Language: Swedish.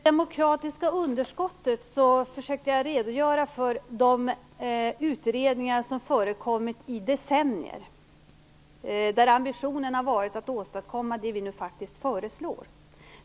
Herr talman! Vad gäller det demokratiska underskottet försökte jag redogöra för de utredningar som har förekommit i decennier, där ambitionen har varit att åstadkomma det vi nu faktiskt föreslår.